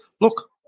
look